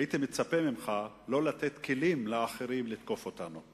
הייתי מצפה ממך לא לתת כלים לאחרים לתקוף אותנו,